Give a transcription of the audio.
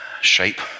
shape